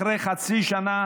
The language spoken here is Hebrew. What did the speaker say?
אחרי חצי שנה